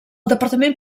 departament